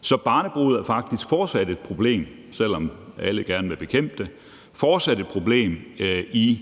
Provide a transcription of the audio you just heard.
Så barnebrude er faktisk fortsat et problem, selv om alle gerne vil bekæmpe det, i